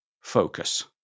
focus